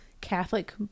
Catholic